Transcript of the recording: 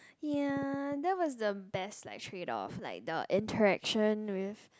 ya that was the best like trade off like the interaction with